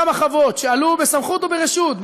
אותן חוות שעלו בסמכות וברשות,